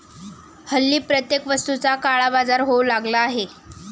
हल्ली प्रत्येक वस्तूचा काळाबाजार होऊ लागला आहे